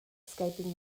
escaping